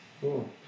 Cool